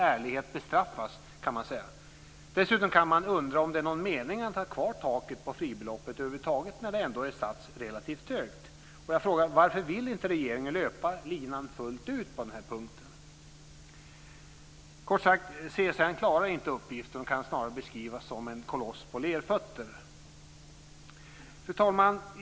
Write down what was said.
Ärlighet bestraffas alltså, kan man säga. Dessutom kan man undra om det är någon mening med att över huvud taget ha kvar taket på fribeloppet när det ändå är satt relativt högt. Jag frågar: Varför vill regeringen inte löpa linan ut på den punkten? Kort sagt: CSN klarar inte uppgiften utan kan snarare beskrivas som en koloss på lerfötter. Fru talman!